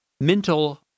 Mental